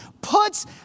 puts